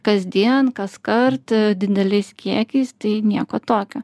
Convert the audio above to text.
kasdien kaskart dideliais kiekiais tai nieko tokio